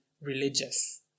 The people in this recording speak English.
religious